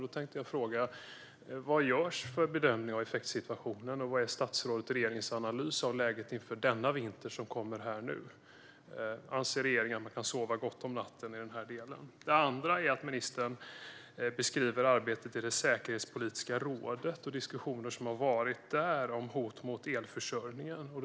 Då tänkte jag fråga: Vad gör man för bedömning av effektsituationen, och vad är statsrådets och regeringens analys av läget inför den vinter som kommer nu? Anser regeringen att man kan sova gott om natten när det gäller detta? Det andra är att ministern beskriver arbetet i det säkerhetspolitiska rådet och diskussioner om hot mot elförsörjningen som har förts där.